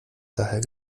daher